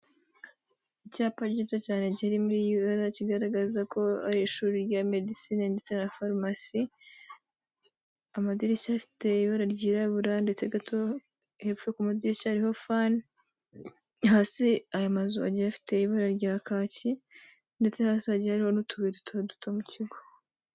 Icyapa gito cyane ki muri UR, kigaragaza ko ari ishuri rya medicine, ndetse na farumasi. Amadirishya afite ibara ryirabura, ndetse gato hepfo ku madirishya hariho fani. Hasi aya mazu agifite ibara rya kaki, ndetse hasi hagiye hariho utubuye duto duto mu kigo.